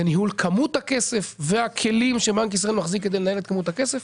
זה ניהול כמות הכסף והכלים שבנק ישראל מחזיק כדי לנהל את כמות הכסף.